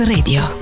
Radio